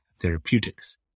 therapeutics